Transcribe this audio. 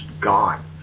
gone